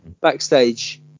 backstage